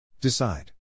Decide